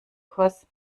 kurs